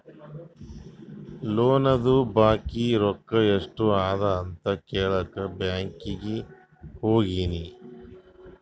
ಲೋನ್ದು ಬಾಕಿ ರೊಕ್ಕಾ ಎಸ್ಟ್ ಅದ ಅಂತ ಕೆಳಾಕ್ ಬ್ಯಾಂಕೀಗಿ ಹೋಗಿನಿ